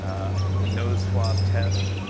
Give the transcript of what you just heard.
i did the nose swab test,